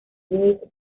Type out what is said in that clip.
louise